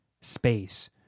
space